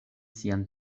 sian